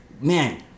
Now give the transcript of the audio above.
Man